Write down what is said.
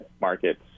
markets